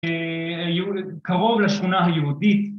‫קרוב לשכונה היהודית.